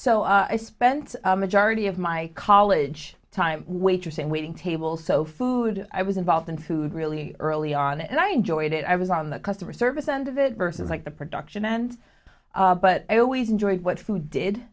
so i spent a majority of my college time waitressing waiting tables so food i was involved in food really early on and i enjoyed it i was on the customer service end of it versus like the production end but i always enjoyed what food did